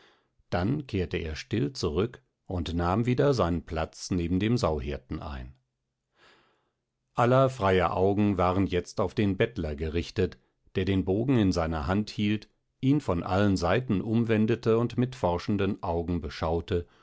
dann kehrte er still zurück und nahm wieder seinen platz neben dem sauhirten ein aller freier augen waren jetzt auf den bettler gerichtet der den bogen in seiner hand hielt ihn von allen seiten umwendete und mit forschenden augen beschaute